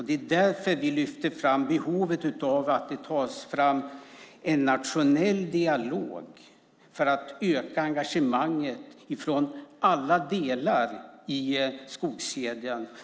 Det är därför vi lyfter fram behovet av att det tas fram en nationell dialog för att öka engagemanget från alla delar i skogskedjan.